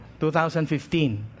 2015